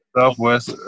Southwest